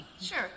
Sure